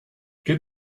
give